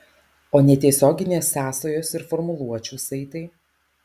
o netiesioginės sąsajos ir formuluočių saitai